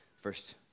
First